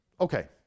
okay